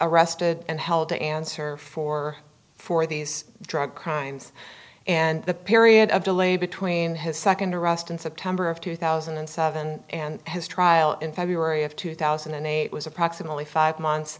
arrested and held to answer for for these drug crimes and the period of delay between his second arrest in september of two thousand and seven and his trial in february of two thousand and eight was approximately five months